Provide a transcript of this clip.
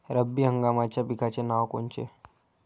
रब्बी हंगामाच्या पिकाचे नावं कोनचे?